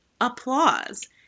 Applause